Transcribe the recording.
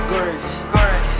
Gorgeous